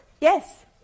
Yes